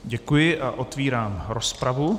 Děkuji a otevírám rozpravu.